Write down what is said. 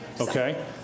Okay